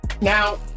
now